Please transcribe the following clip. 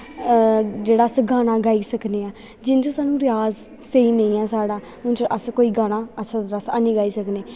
जेह्ड़ा अस गाना गाई सकने ऐं जिन्नै चिर रिआज़ स्हेई नेईं ऐ साढ़ा उन्नै चिर अस कोई गाना अच्छी तरह अस नेईं गाई सकने